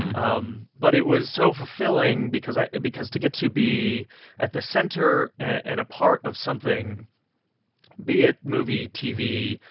um but it was so fulfilling because i because to get to be at the center and a part of something be it movie, tv,